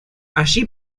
allí